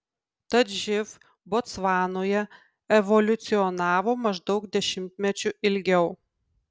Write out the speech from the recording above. tad živ botsvanoje evoliucionavo maždaug dešimtmečiu ilgiau